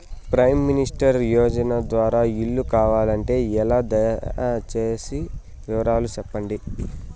Prime minister యోజన ద్వారా ఇల్లు కావాలంటే ఎలా? దయ సేసి వివరాలు సెప్పండి?